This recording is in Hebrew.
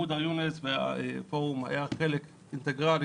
מודר יונס והפורום היו חלק אינטגרלי